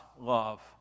love